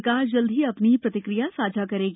सरकार जल्द ही अपनी प्रतिक्रिया साझा करेगी